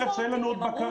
ושימו לב שאין לנו עוד בקרה,